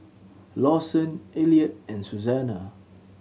Lawson Elliott and Susanna